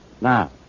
Now